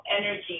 energy